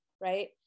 right